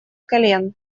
колен